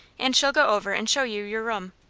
and she'll go over and show you your room.